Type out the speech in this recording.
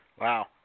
Wow